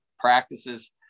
practices